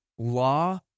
law